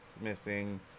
missing